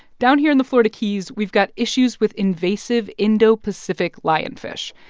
down here in the florida keys, we've got issues with invasive indo-pacific lionfish.